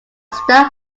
star